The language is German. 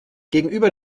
gegenüber